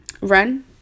run